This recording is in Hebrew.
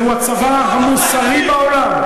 זהו הצבא המוסרי בעולם.